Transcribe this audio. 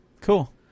Cool